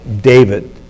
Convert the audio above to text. David